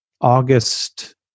August